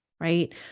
right